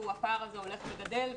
והפער הזה הולך וגדל,